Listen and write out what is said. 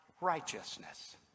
righteousness